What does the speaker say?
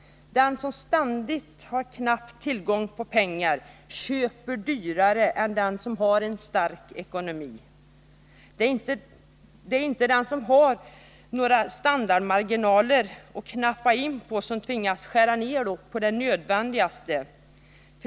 Den som ständigt har knapp tillgång på pengar köper dyrare än den som har en stark ekonomi. Den som inte har några standardmarginaler att knappa in på tvingas skära ned på det nödvändigaste.